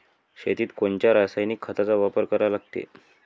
शेतीत कोनच्या रासायनिक खताचा वापर करा लागते?